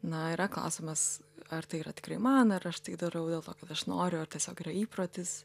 na yra klausimas ar tai yra tikrai man ar aš tai darau dėl to aš noriu ar tiesiog yra įprotis